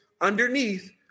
underneath